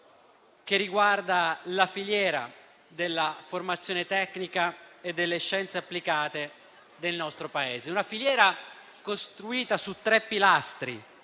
che riguarda la filiera della formazione tecnica e delle scienze applicate del nostro Paese; una filiera costruita su tre pilastri